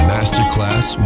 Masterclass